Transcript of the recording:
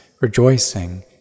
rejoicing